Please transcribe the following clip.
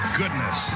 goodness